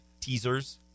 teasers